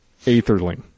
Aetherling